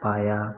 पाया